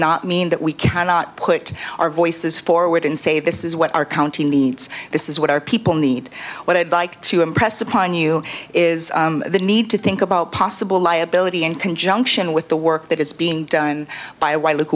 not mean that we cannot put our voices forward and say this is what our county needs this is what our people need what i'd like to impress upon you is the need to think about possible liability in conjunction with the work that is being done by